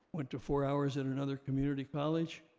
went to four hours at another community college.